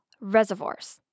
reservoirs